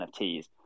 NFTs